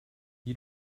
you